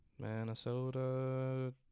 Minnesota